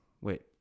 Wait